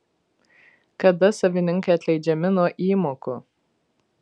kada savininkai atleidžiami nuo įmokų